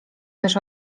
też